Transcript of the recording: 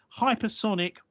hypersonic